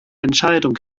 entscheidung